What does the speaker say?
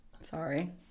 Sorry